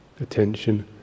attention